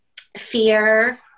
fear